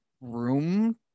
room